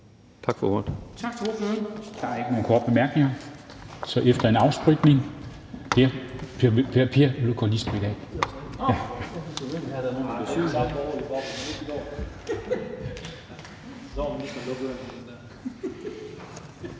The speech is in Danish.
Tak for ordet.